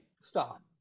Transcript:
stop